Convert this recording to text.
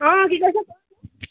অঁ কি কৰিছ ক'